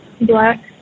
Black